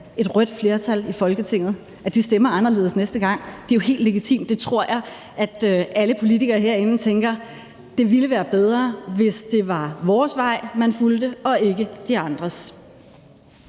et rødt flertal i Folketinget, stemmer anderledes næste gang. Det er jo helt legitimt. Og jeg tror, alle politikere herinde tænker: Det ville være bedre, hvis det var vores vej, man fulgte, og ikke de andres.